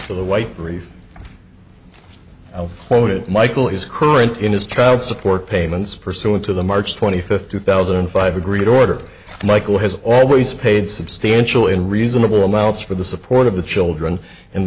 to the white brief i'll forward it michael is current in his child support payments pursuant to the march twenty fifth two thousand and five agreed order michael has always paid substantial in reasonable amounts for the support of the children and